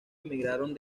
emigraron